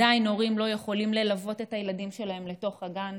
הורים עדיין לא יכולים ללוות את הילדים שלהם לתוך הגן,